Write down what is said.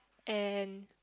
and